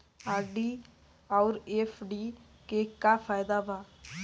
RD आउर FD के का फायदा बा?